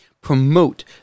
promote